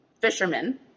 fishermen